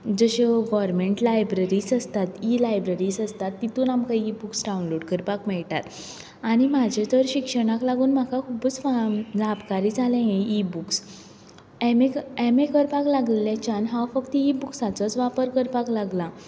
जश्यो government libraries आसतात इ लायब्ररीज आसतात तेतूंत आमकां इ बूक्स डावनलोड करपाक मेळटात आनी म्हाजे तर शिक्षणाक लागून म्हाका तर खुबच लाभकारी जालें हें इ books M A M A करपाक लागिल्लेच्यान हांव फक्त इ बूक्सांचोच वापर करपाक लागलां